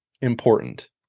important